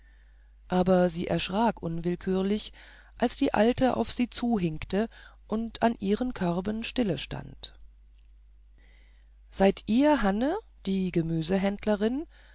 aber sie erschrak unwillkürlich als die alte auf sie zuhinkte und an ihren körben stillestand seid ihr hanne die gemüsehändlerin